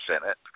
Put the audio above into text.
Senate